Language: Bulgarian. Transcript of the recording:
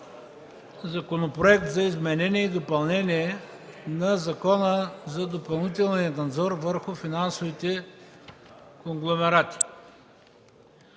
„Закон за изменение и допълнение на Закона за допълнителния надзор върху финансовите конгломерати“.